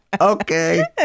Okay